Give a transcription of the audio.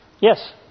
Yes